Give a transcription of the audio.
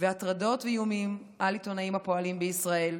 והטרדות ואיומים על עיתונאים הפועלים בישראל.